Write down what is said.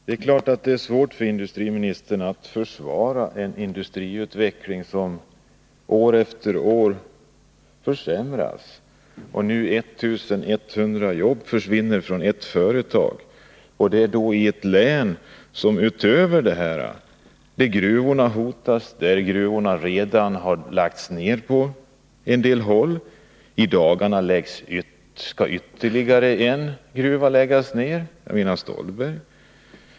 Herr talman! Det är klart att det är svårt för industriministern att försvara en industriutveckling som år efter år försämras. Och nu försvinner 1 100 jobb från ett företag. Det skeri ett län där dessutom gruvorna hotas — på en del håll har de redan lagts ned. Och i dagarna skall ytterligare en gruva läggas ner — jag menar Stollberg.